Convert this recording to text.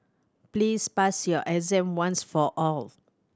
please pass your exam once for all